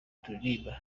turirimba